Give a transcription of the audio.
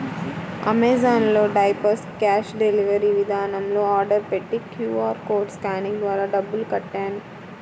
Amazon లో diapers cash delivery విధానంలో order పెట్టి క్యూ.ఆర్ కోడ్ స్కానింగ్ ద్వారా డబ్బులు కట్టాను